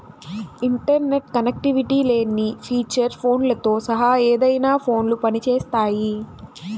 internet connectivity లేని feature ఫోన్లతో సహా ఏదైనా ఫోన్లో పని చేస్తాయి